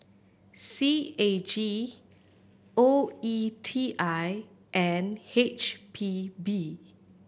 C A G O E T I and H P B